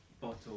bottle